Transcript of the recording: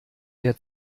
der